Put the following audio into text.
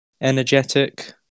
Energetic